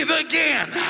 again